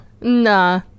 Nah